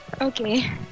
Okay